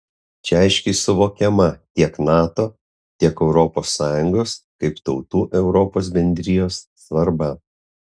čia aiškiai suvokiama tiek nato tiek europos sąjungos kaip tautų europos bendrijos svarba